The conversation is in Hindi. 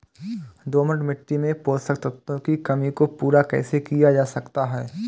दोमट मिट्टी में पोषक तत्वों की कमी को पूरा कैसे किया जा सकता है?